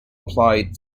applied